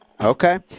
Okay